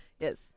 Yes